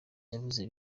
yavuze